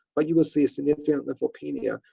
but you will see a significant lymphopenia.